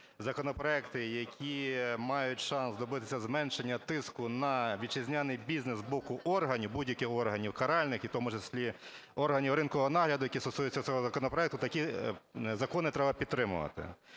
які мають шанс добитися зменшення тиску на вітчизняний бізнес з боку органів, будь-яких органів, каральних, і в тому числі органів ринкового нагляду, які стосуються цього законопроекту, такі закони треба підтримувати.